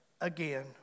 again